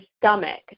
stomach